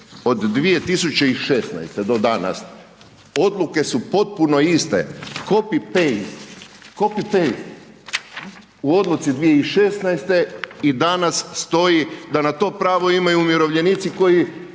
od 2016. do danas, odluke su potpuno iste, copy-paste. U odluci 2016. i danas stoji da na to pravo imaju umirovljenici koji